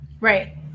Right